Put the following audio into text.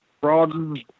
broaden